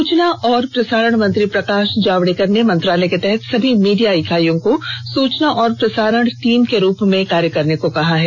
सूचना और प्रसारण मंत्री प्रकाश जावड़ेकर ने मंत्रालय के तहत सभी मीडिया इकाईयों को सूचना और प्रसारण टीम के रूप में कार्य करने को कहा है